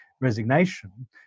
resignation